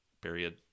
period